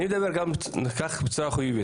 אני מדבר על כך גם בצורה חיובית.